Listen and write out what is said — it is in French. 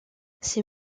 ces